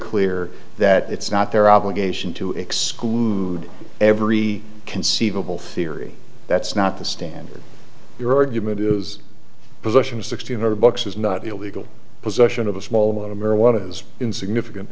clear that it's not their obligation to exclude every conceivable theory that's not the standard your argument is possession of sixty of our books is not illegal possession of a small amount of marijuana is in significant